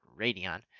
Radeon